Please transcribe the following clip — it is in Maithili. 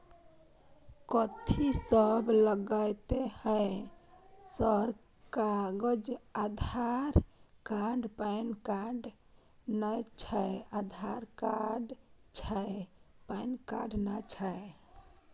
कथि सब लगतै है सर कागज आधार कार्ड पैन कार्ड नए छै आधार कार्ड छै पैन कार्ड ना छै?